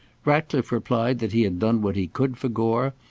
ratcliffe replied that he had done what he could for gore,